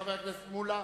חבר הכנסת שלמה מולה,